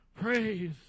Praise